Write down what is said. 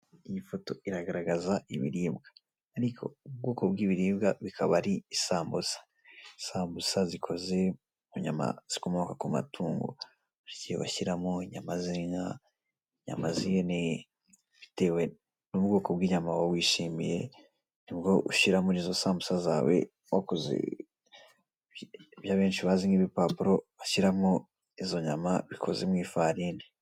Iyi foto iragaragaza ibiribwa, ubwoko bw'ibiribwa bikaba ari isambusa, isambusa zikoze mu inyama zikomoka kumatungo harigihe bashyiramo inyama z'inka, inyama z'ihene bitewe n'ubwoko bw'inyama wowe wishimiye, nibwo ushyira muri izo sambusa zawe wkoze ibyo benshi bazi nk'ibipapuro bashyiramo izo nyama zikoze mu ifarini.